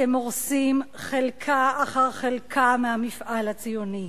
אתם הורסים חלקה אחר חלקה מהמפעל הציוני.